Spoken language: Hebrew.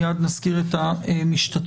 מייד נזכיר את המשתתפים.